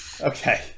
Okay